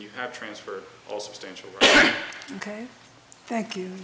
you have transferred all substantial ok thank you